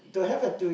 yeah